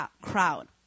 crowd